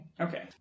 Okay